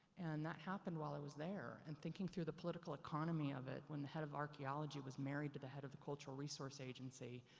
and, that happened while i was there, and thinking through the political economy of it, when the head of archaeology was married to the head of the cultural resource agency.